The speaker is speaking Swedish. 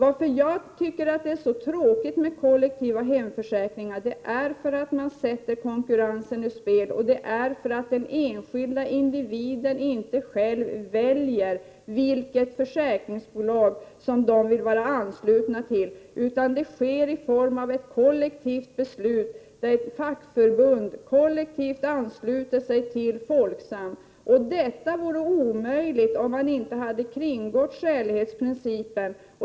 Att jag tycker att det är så tråkigt med kollektiva hemförsäkringar är att konkurrensen sätts ur spel och att de enskilda individerna inte själva väljer | vilket försäkringsbolag de skall vara anslutna till. Det sker i form av ett kollektivt beslut, där ett fackförbund kollektivt ansluter sig till Folksam. Det | vore omöjligt om man inte hade kringgått skälighetsprincipen.